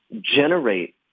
generate